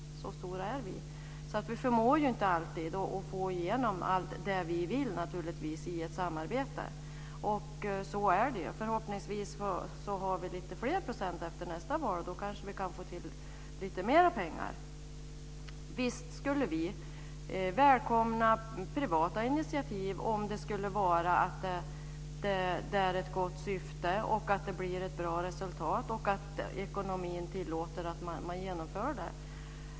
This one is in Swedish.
Så stora är vi. Vi förmår alltså naturligtvis inte alltid att få igenom allt det som vi vill i ett samarbete. Så är det bara. Förhoppningsvis har vi lite fler procent efter nästa val, och då kanske vi kan få till lite mer pengar. Visst skulle vi välkomna privata initiativ om de skulle ha ett gott syfte och visa bra resultat, och om ekonomin tillåter att man genomför dem.